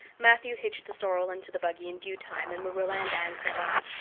matthew hitched the sorrel into the buggy in due time and marilla and anne set off.